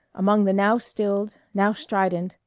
among the now stilled, now strident,